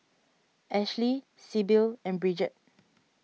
Ashley Sibyl and Bridgette